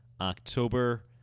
October